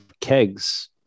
kegs